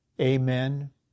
Amen